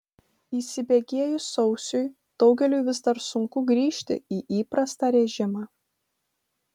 įsibėgėjus sausiui daugeliui vis dar sunku grįžti į įprastą režimą